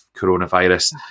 coronavirus